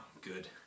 Good